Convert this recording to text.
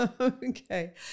Okay